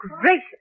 Gracious